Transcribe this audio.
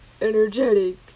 energetic